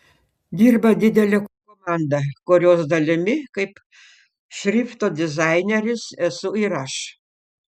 dirba didelė komanda kurios dalimi kaip šrifto dizaineris esu ir aš